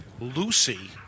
Lucy